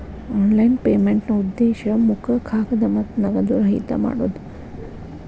online ಪೇಮೆಂಟ್ನಾ ಉದ್ದೇಶ ಮುಖ ಕಾಗದ ಮತ್ತ ನಗದು ರಹಿತ ಮಾಡೋದ್